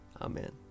Amen